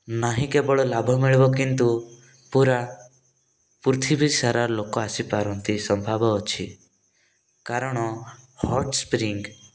ନାହିଁ କେବଳ ଲାଭ ମିଳିବ କିନ୍ତୁ ପୁରା ପୃଥିବୀ ସାରା ଲୋକ ଆସିପାରନ୍ତି ସମ୍ଭାବ ଅଛି କାରଣ ହଟ୍ ସ୍ପ୍ରିଙ୍ଗ